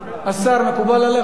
השר, מקובל עליך?